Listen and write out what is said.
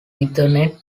ethernet